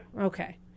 Okay